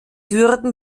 würden